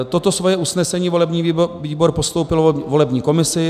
Toto svoje usnesení volební výbor postoupil volební komisi.